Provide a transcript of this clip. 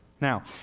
Now